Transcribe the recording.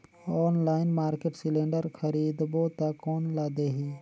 Online market cylinder खरीदबो ता कोन ला देही?